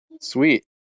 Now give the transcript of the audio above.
sweet